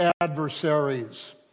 adversaries